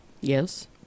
Yes